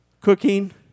Cooking